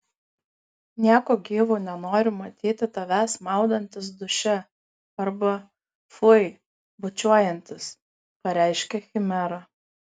nieku gyvu nenoriu matyti tavęs maudantis duše arba fui bučiuojantis pareiškė chimera